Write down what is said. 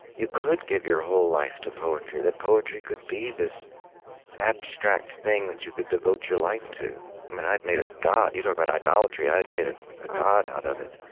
you could give your whole life to poetry, that poetry could be this abstract thing that you could devote your life to. i'd made a god. you talk about idolatry, i'd made a a god out of it.